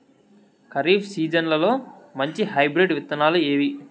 ఖరీఫ్ సీజన్లలో మంచి హైబ్రిడ్ విత్తనాలు ఏవి